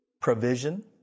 provision